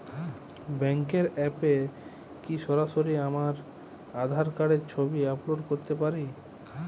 ব্যাংকের অ্যাপ এ কি সরাসরি আমার আঁধার কার্ড র ছবি আপলোড করতে পারি?